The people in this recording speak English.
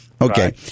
Okay